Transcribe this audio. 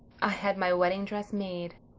i had my wedding dress made,